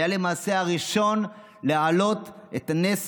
הוא היה למעשה הראשון להעלות על נס